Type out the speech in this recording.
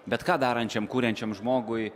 bet ką darančiam kuriančiam žmogui